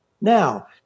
Now